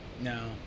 No